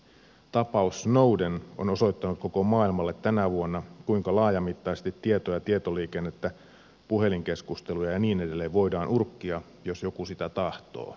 tapaus snowden on osoittanut koko maailmalle tänä vuonna kuinka laajamittaisesti tietoja ja tietoliikennettä puhelinkeskusteluja ja niin edelleen voidaan urkkia jos joku sitä tahtoo